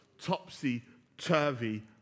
topsy-turvy